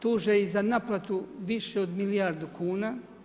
Tuže i za naplatu više od milijardu kuna.